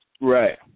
Right